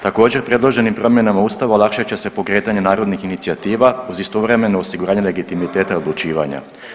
Također, predloženim promjenama Ustava olakšat će se pokretanje narodnih inicijativa uz istovremeno osiguranje legitimiteta odlučivanja.